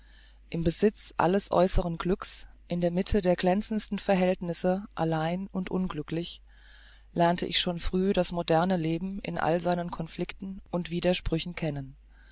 im besitze alles äußern glücks in der mitte der glänzendsten verhältnisse allein und unglücklich lernte ich schon früh das moderne leben in all seinen conflikten und widersprüchen kennen